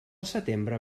setembre